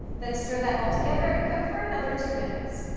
then stir that altogether and cook for another two minutes.